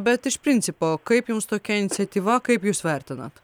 bet iš principo kaip jums tokia iniciatyva kaip jūs vertinat